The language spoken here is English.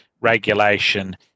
regulation